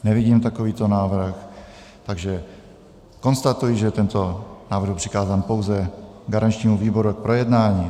Nevidím takovýto návrh, takže konstatuji, že tento návrh byl přikázán pouze garančnímu výboru k projednání.